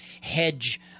hedge